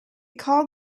called